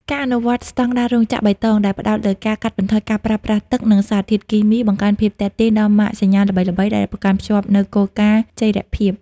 ការអនុវត្តស្ដង់ដារ "រោងចក្របៃតង" ដែលផ្ដោតលើការកាត់បន្ថយការប្រើប្រាស់ទឹក និងសារធាតុគីមី បង្កើនភាពទាក់ទាញដល់ម៉ាកសញ្ញាល្បីៗដែលប្រកាន់ខ្ជាប់នូវគោលការណ៍ចីរភាព។